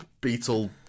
beetle